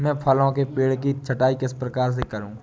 मैं फलों के पेड़ की छटाई किस प्रकार से करूं?